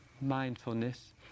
mindfulness